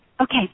Okay